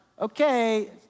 okay